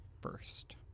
first